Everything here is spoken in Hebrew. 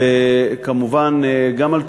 וכמובן גם על תחושת,